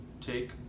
take